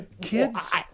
kids